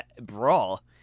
brawl